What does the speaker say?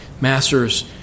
masters